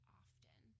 often